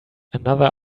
another